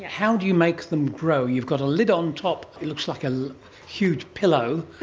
how do you make them grow? you've got a lid on top, it looks like a huge pillow,